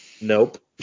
Nope